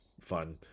fun